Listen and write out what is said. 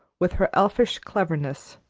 with her elfish cleverness,